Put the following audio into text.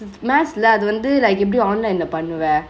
math ல அது வந்து:le athu vanthu like எப்டி:epdi online ல பன்னுவே:le pannuve